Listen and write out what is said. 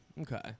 Okay